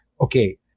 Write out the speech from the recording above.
okay